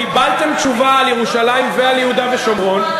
קיבלתם תשובה על ירושלים ועל יהודה ושומרון,